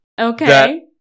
Okay